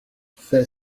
fais